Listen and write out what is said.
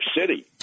City